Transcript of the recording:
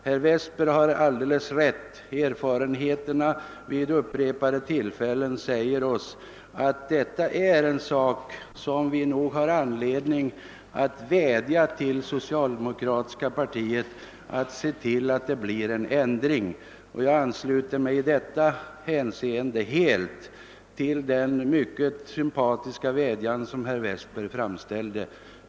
Herr Westberg har alldeles rätt: erfarenheterna från upprepade tillfällen säger oss att vi har anledning att vädja till det socialdemokratiska partiet att se till att det blir en ändring i denna sak. Jag ansluter mig i detta hänseende helt till den sympatiska vädjan som herr Westberg framställde.